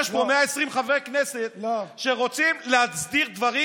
יש פה 120 חברי כנסת שרוצים להסדיר דברים